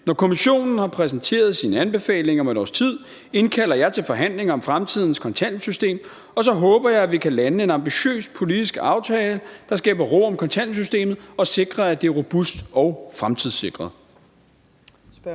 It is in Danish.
Når Kommissionen har præsenteret sine anbefalinger om et års tid, indkalder jeg til forhandlinger om fremtidens kontanthjælpssystem, og så håber jeg, at vi kan lande en ambitiøs politisk aftale, der skaber ro om kontanthjælpssystemet og sikrer, at det er robust og fremtidssikret.